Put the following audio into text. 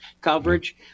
coverage